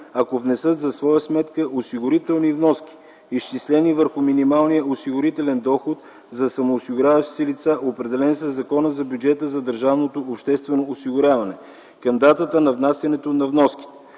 ако внесат за своя сметка осигурителни вноски, изчислени върху минималния осигурителен доход за самоосигуряващите се лица, определен със Закона за бюджета за държавното обществено осигуряване към датата на внасянето на вноската.